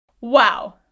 Wow